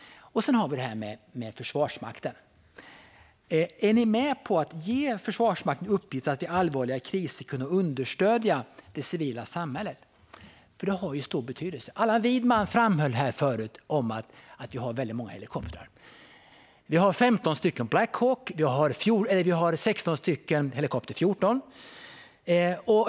Sedan gällde det Försvarsmakten. Är ni med på att ge Försvarsmakten i uppgift att vid allvarliga kriser understödja det civila samhället? Det har stor betydelse. Allan Widman framhöll tidigare att vi har många helikoptrar. Vi har 15 stycken Black Hawk, och vi har 16 stycken Helikopter 14.